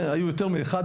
היו יותר מאחד,